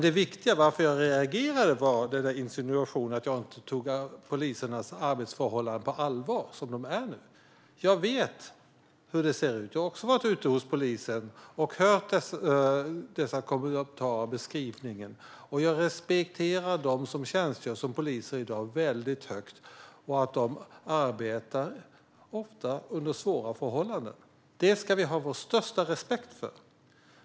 Det viktiga, det jag reagerade mot, var insinuationen att jag inte tar polisernas arbetssituation som den är nu på allvar. Jag vet hur det ser ut. Jag har också varit ute hos polisen och hört dessa kommentarer och beskrivningar. Jag respekterar dem som i dag tjänstgör som poliser väldigt högt. De arbetar ofta under svåra förhållanden. Det ska vi ha största respekt för.